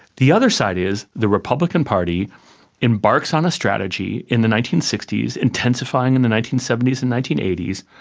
the other side is the republican party embarks on a strategy in the nineteen sixty s, intensifying in the nineteen seventy s and nineteen eighty s,